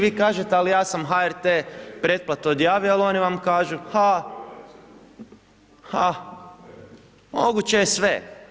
Vi kažete, ali ja sam HRT pretplatu odjavio ali oni vam kažu ha, ha, moguće je sve.